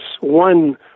one